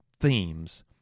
themes